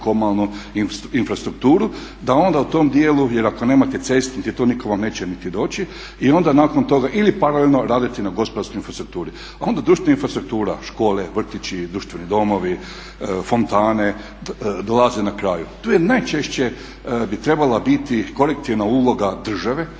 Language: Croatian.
komunalnu infrastrukturu da onda u tom djelu, jer ako nemate ceste, nitko vam neće niti doći. I onda nakon toga ili paralelno raditi na gospodarskoj infrastrukturi. A onda društvena infrastruktura, škole, vrtići, društveni domovi, fontane dolaze na kraju. Tu je najčešće bi trebala biti korektivna uloga države